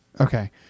Okay